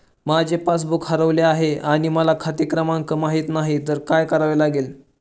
माझे पासबूक हरवले आहे आणि मला खाते क्रमांक माहित नाही तर काय करावे लागेल?